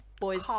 boys